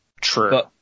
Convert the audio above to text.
True